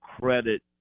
credit